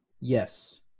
Yes